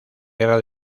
guerra